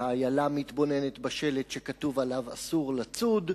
והאיילה מתבוננת בשלט שכתוב עליו "אסור לצוד".